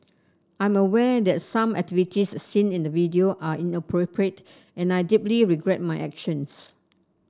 I'm aware that some activities seen in the video are inappropriate and I deeply regret my actions